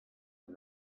and